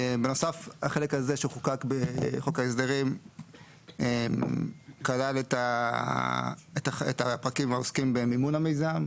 בנוסף החלק הזה שחוקק בחוק ההסדרים כלל את הפרקים העוסקים במימון המיזם,